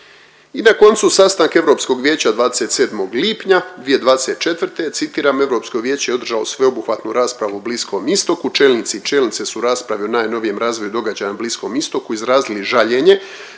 I na koncu, sastanak Europskog vijeća 27. lipnja 2024., citiram, Europsko vijeće je održalo sveobuhvatnu raspravu o Bliskom Istoku, čelnici i čelnice su raspravljali o najnovijem razvoju događaja na Bliskom Istoku, izrazili žaljenje